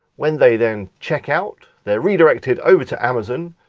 when they then check out, they're redirected over to amazon,